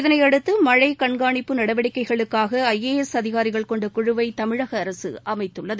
இதனையடுத்து மழை கண்காணிப்பு நடவடிக்கைகளுக்காக ஐ ஏ எஸ் அதிகாரிகள் கொண்ட குழுவை தமிழக அரசு அமைத்துள்ளது